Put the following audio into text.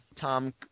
Tom